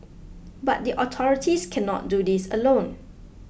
but the authorities cannot do this alone